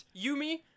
Yumi